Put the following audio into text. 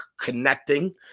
connecting